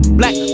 black